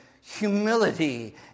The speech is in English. humility